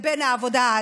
לבין העבודה.